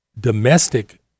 domestic